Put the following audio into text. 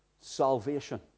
salvation